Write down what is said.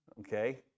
Okay